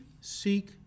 seek